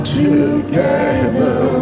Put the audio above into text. Together